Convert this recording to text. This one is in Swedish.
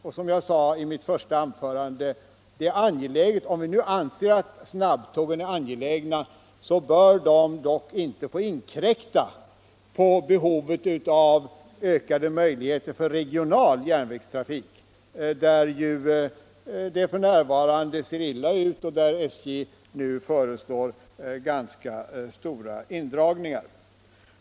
Även om vi anser att snabbtågen är angelägna, bör dessa - som jag sade i mitt första anförande — inte få inkräkta på möjligheterna att tillgodose behovet av regional järnvägstrafik, där det f.n. ser illa ut och där SJ föreslår ganska stora indragningar.